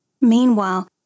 Meanwhile